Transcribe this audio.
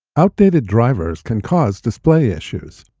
outdated drivers can cause display issues.